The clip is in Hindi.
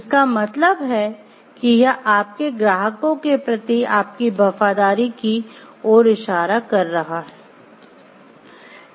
इसका मतलब है कि यह आपके ग्राहकों के प्रति आपकी वफादारी की ओर इशारा कर रहा है